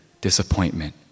disappointment